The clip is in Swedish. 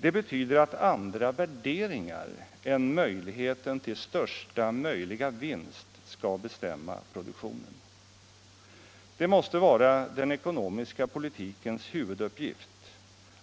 Det betyder att andra värderingar än utsikten till största möjliga vinst skall bestämma produktionen. Det måste vara den ekonomiska politikens huvuduppgift